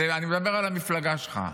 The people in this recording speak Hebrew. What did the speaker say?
אני מדבר על המפלגה שלך,